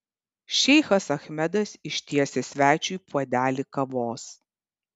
šeichas achmedas ištiesia svečiui puodelį kavos